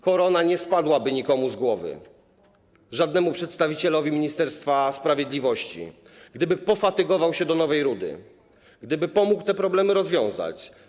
Korona nie spadłaby nikomu z głowy, żadnemu przedstawicielowi Ministerstwa Sprawiedliwości, gdyby pofatygował się do Nowej Rudy, gdyby pomógł te problemy rozwiązać.